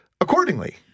accordingly